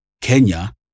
Kenya